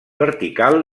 vertical